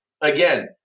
again